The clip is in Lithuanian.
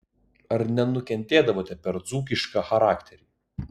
ar nenukentėdavote per dzūkišką charakterį